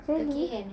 really